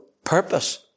Purpose